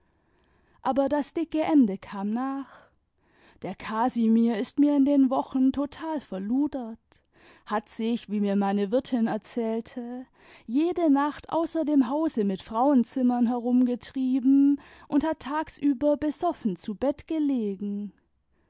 aber das dicke ende kam nach der casimir ist mir in den wochen total verludert hat sich wie mir meine wirtin erzählte jede nacht außer dem hause mit frauenzimmern herumgetrieben und hat tagsüber besoffen zu bett gelegen